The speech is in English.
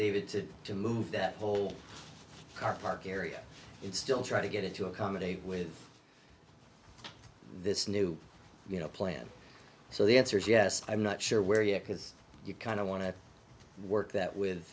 david to to move that whole car park area it's still trying to get it to accommodate with this new you know plan so the answer is yes i'm not sure where yet because you kind of want to work that with